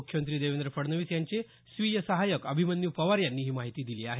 मुख्यमंत्री देवेंद्र फडणवीस यांचे स्वीय सहाय्यक अभिमन्यू पवार यांनी ही माहिती दिली आहे